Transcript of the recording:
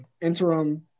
interim